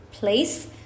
place